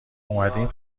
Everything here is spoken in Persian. اومدیم